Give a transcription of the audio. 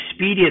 Expedia